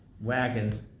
wagons